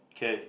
okay